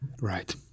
Right